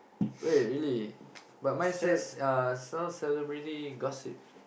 wait really but mine says uh sell celebrity gossip